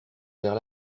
vers